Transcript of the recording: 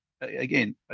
Again